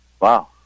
Wow